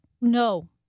no